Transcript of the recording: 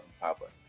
public